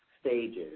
stages